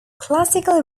classical